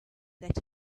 that